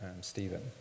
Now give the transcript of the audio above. Stephen